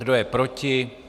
Kdo je proti?